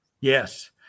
Yes